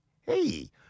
hey